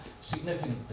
significant